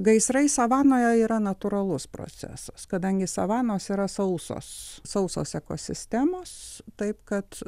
gaisrai savanoje yra natūralus procesas kadangi savanos yra sausos sausos ekosistemos taip kad